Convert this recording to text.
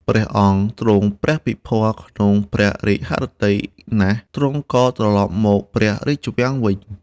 ព្រះអង្គទ្រង់ព្រះពិភាល់ក្នុងព្រះរាជហឫទ័យណាស់ ទ្រង់ក៏ត្រឡប់មកព្រះរាជវាំងវិញ។